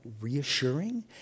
reassuring